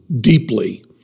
deeply